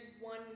one